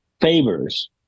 favors